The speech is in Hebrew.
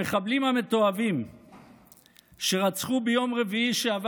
המחבלים המתועבים שרצחו ביום רביעי שעבר